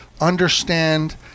understand